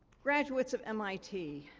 graduates of mit,